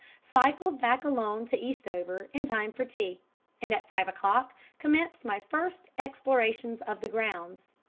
cycled back alone to eastover in time for tea and, at five o'clock, commenced my first explorations of the grounds.